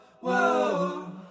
whoa